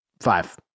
Five